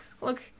look